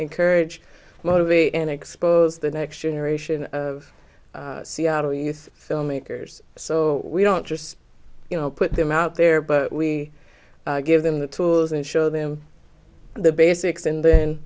encourage motivate and expose the next generation of seattle youth filmmakers so we don't just you know put them out there but we give them the tools and show them the basics and then